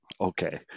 Okay